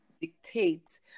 dictate